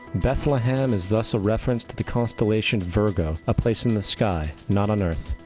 bethlehem is thus a reference to the constellation virgo, a place in the sky, not on earth.